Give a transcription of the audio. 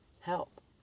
help